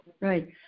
right